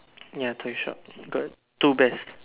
ya toy shop got two bears